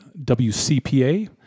WCPA